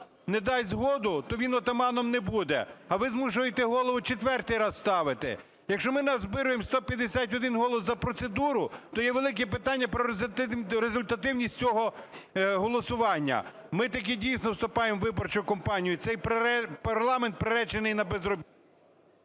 не дасть згоду, то він отаманом не буде. А ви змушуєте Голову четвертий раз ставити. Якщо ми назбируємо 151 голос за процедуру, то є великі питання про результативність цього голосування. Ми-таки дійсно вступаємо в виборчу кампанію, цей парламент приречений на… ГОЛОВУЮЧИЙ.